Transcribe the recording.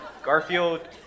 Garfield